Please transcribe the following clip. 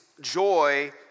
joy